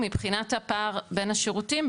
מבחינת הפער בין השירותים,